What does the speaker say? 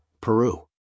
Peru